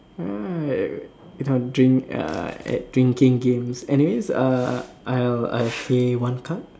you don't drink uh at drinking games anyways err I'll I play one card